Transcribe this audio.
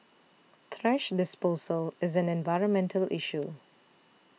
thrash disposal is an environmental issue